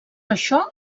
això